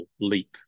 leap